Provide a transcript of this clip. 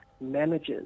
manages